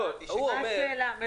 מה השאלה, מרגי?